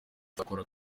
nkakora